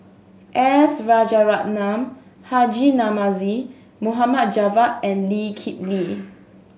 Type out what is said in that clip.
S Rajaratnam Haji Namazie Mohd Javad and Lee Kip Lee